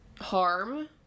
harm